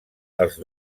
els